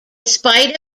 spite